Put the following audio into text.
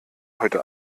heute